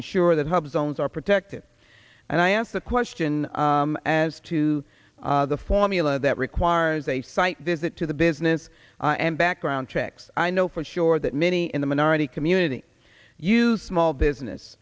ensure that hub zones are protected and i ask the question as to the formula that requires a site visit to the business and background checks i know for sure that many in the minority community use small business